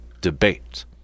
debate